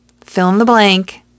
fill-in-the-blank